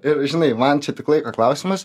ir žinai man čia tik laiko klausimas